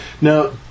Now